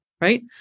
right